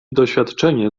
doświadczenie